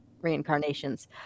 reincarnations